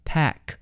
Pack